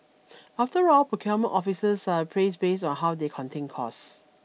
after all procurement officers are appraised based on how they contain costs